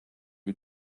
die